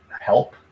help